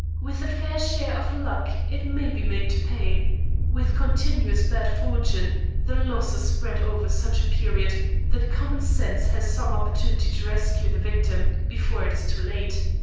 with a fair share of luck it may be made to pay with continuous bad fortune the loss is spread over such a period that common sense has some opportunity to rescue the victim before it is too late.